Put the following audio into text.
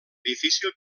difícil